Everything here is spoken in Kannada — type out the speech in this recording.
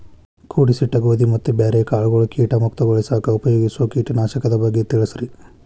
ಕೂಡಿಸಿಟ್ಟ ಗೋಧಿ ಮತ್ತ ಬ್ಯಾರೆ ಕಾಳಗೊಳ್ ಕೇಟ ಮುಕ್ತಗೋಳಿಸಾಕ್ ಉಪಯೋಗಿಸೋ ಕೇಟನಾಶಕದ ಬಗ್ಗೆ ತಿಳಸ್ರಿ